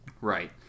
Right